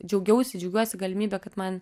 džiaugiausi džiaugiuosi galimybe kad man